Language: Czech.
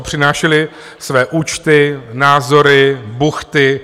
Přinášeli své účty, názory, buchty...